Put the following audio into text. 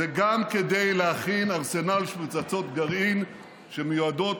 וגם כדי להכין ארסנל של פצצות גרעין שמיועדות